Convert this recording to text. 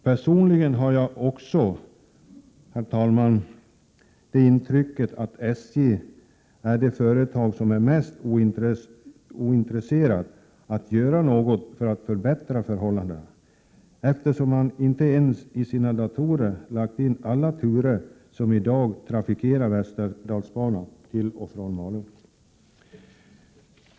Personligen har jag också, herr talman, intrycket att SJ är det företag som är mest ointresserat av att göra något för att förbättra förhållandena, eftersom SJ inte ens i sina datorer lagt in alla turer som i dag trafikerar Västerdalsbanan till och från Malung.